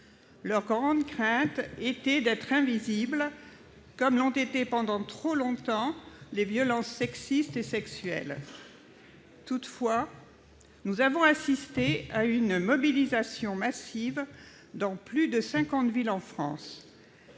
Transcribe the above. Leur grande crainte était d'être invisibles, comme l'ont été pendant trop longtemps les violences sexistes et sexuelles. Toutefois, nous avons assisté à une mobilisation massive dans plus de cinquante villes en France.